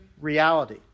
reality